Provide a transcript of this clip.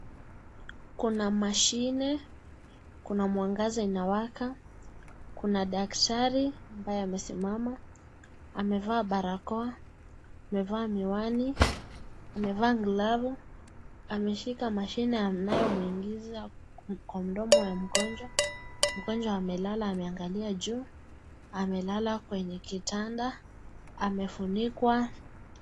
Kuna mashine, kuna mwanga zinawaka, kuna daktari ambaye amesimama, amevaa barakoa, amevaa miwani, amevaa glavu, ameshika mashine anayomuingiza kwa mdomo ya mgonjwa. Mgonjwa amelala ameangalia juu, amelala kwenye kitanda, amefunikwa.